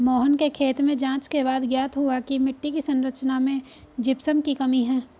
मोहन के खेत में जांच के बाद ज्ञात हुआ की मिट्टी की संरचना में जिप्सम की कमी है